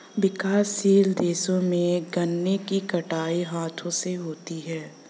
विकासशील देशों में गन्ने की कटाई हाथों से होती है